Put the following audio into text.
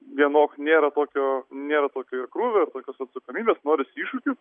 vienok nėra tokio nėra tokio ir krūvio tokios atsakomybės norisi iššūkių